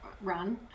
Run